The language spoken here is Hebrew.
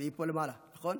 היא פה למעלה, נכון?